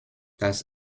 das